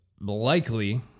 likely